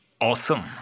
Awesome